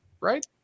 right